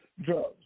drugs